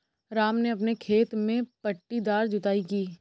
राम ने अपने खेत में पट्टीदार जुताई की